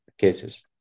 cases